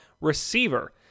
Receiver